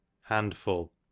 handful